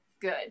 good